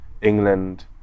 England